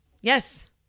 Yes